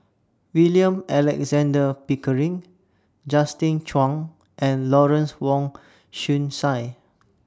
William Alexander Pickering Justin Zhuang and Lawrence Wong Shyun Tsai